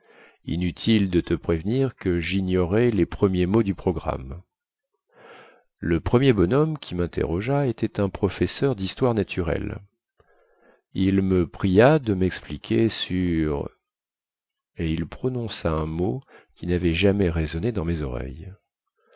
inutile de te prévenir que jignorais les premiers mots du programme le premier bonhomme qui minterrogea était un professeur dhistoire naturelle il me pria de mexpliquer sur et il prononça un mot qui navait jamais résonné dans mes oreilles